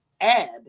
add